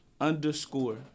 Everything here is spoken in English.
underscore